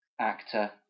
actor